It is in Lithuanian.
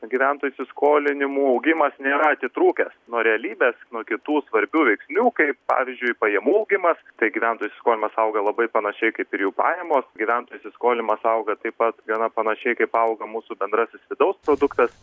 gyventojų įsiskolinimų augimas nėra atitrūkęs nuo realybės nuo kitų svarbių veiksnių kaip pavyzdžiui pajamų augimas tai gyventojai skolinasi auga labai panašiai kaip ir jų pajamos gyventojų įsiskolinimas auga taip pat gana panašiai kaip auga mūsų bendrasis vidaus produktas